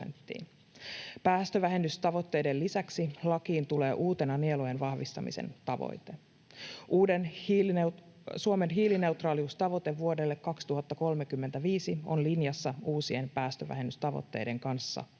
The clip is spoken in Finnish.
Päästövähennystavoitteiden lisäksi lakiin tulee uutena nielujen vahvistamisen tavoite. Suomen hiilineutraaliustavoite vuodelle 2035 on linjassa uusien päästövähennystavoitteiden kanssa niin,